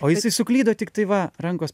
o jisai suklydo tiktai va rankos